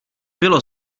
bylo